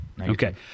Okay